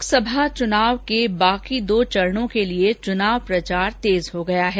लोकसभा चुनाव के शेष दो चरणों के लिए प्रचार तेज हो गया है